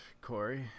Corey